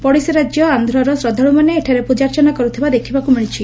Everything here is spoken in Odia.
ପଡ଼ୋଶୀ ରାକ୍ୟ ଆନ୍ଧରର ଶ୍ରଦ୍ଧାଳୁମାନେ ଏଠାରେ ପୂଜାର୍ଚ୍ଚନା କରୁଥିବା ଦେଖିବାକୁ ମିଳିଛି